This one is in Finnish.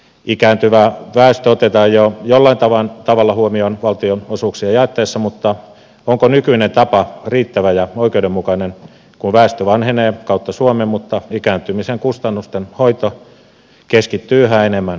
ikääntyvä väestö otetaan jo jollain tavalla huomioon valtionosuuksia jaettaessa mutta onko nykyinen tapa riittävä ja oikeudenmukainen kun väestö vanhenee kautta suomen mutta ikääntymisen kustannusten hoito keskittyy yhä enemmän kaupunkiseuduille